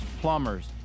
plumbers